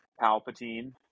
Palpatine